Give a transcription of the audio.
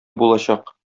булачак